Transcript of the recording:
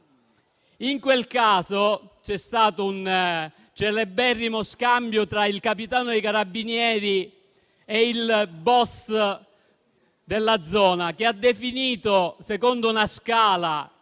In quel caso c'è stato un celeberrimo scambio tra il capitano dei Carabinieri e il *boss* della zona, che ha definito, secondo una scala,